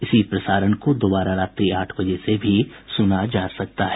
इसी प्रसारण को दोबारा रात्रि आठ बजे से भी सुना जा सकता है